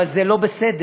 אבל זה לא בסדר,